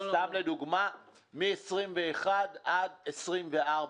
וזו סתם דוגמה - מ-21 עד 24,